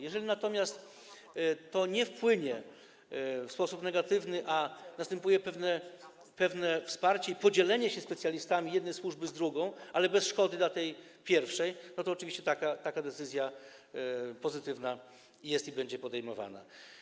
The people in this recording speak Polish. Jeżeli natomiast to nie wpłynie w sposób negatywny na działania, a chodzi o pewne wsparcie i podzielenie się specjalistami jednej służby z drugą, ale bez szkody dla tej pierwszej, to oczywiście taka decyzja pozytywna jest i będzie podejmowana.